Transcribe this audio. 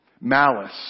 Malice